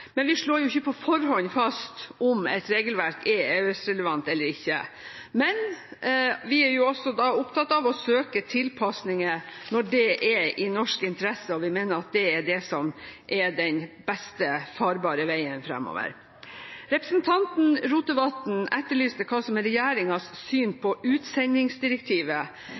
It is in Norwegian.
men vi slår ikke på forhånd fast om et regelverk er EØS-relevant eller ikke. Men vi er også opptatt av å søke tilpassinger når det er i norsk interesse, og når vi mener at det er det som er den best farbare veien framover. Representanten Rotevatn etterlyste hva som er regjeringens syn på utsendingsdirektivet.